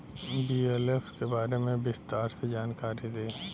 BLF के बारे में विस्तार से जानकारी दी?